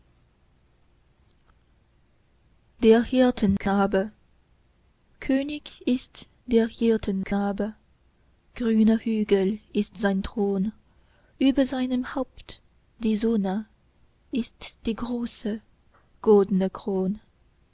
der hirtenknabe könig ist der hirtenknabe grüner hügel ist sein thron über seinem haupt die sonne ist die große